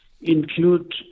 include